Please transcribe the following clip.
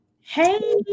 Hey